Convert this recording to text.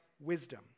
wisdom